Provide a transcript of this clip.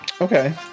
Okay